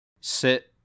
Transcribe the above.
sit